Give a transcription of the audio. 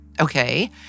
Okay